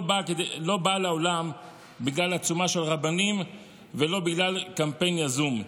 באה לעולם בגלל עצומה של רבנים ולא בגלל קמפיין יזום.